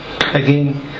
Again